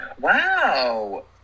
Wow